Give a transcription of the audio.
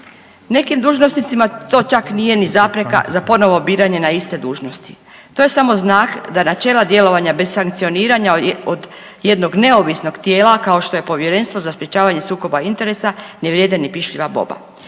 Nekim dužnosnicima to čak nije niti zapreka za ponovno biranje na iste dužnosti. To je samo znak da načela djelovanja bez sankcioniranja od jednog neovisnog tijela kao što je Povjerenstvo za sprječavanje sukoba interesa ne vrijede ni pišljiva boba.